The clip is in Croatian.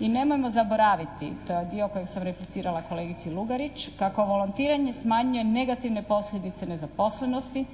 I nemojmo zaboraviti, to je dio koji sam replicirala kolegici Lugarić, kako volontiranje smanjuje negativne posljedice nezaposlenosti,